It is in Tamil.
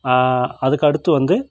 அதுக்கடுத்து வந்து